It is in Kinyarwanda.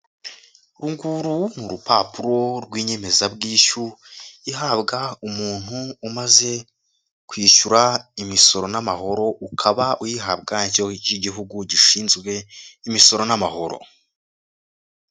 Uru nguru ni urupapuro rw'inyemezabwishyu ihabwa umuntu umaze kwishyura imisoro n'amahoro, ukaba uyihabwa n'icyigo cy'igihugu gishinzwe imisoro n'amahoro.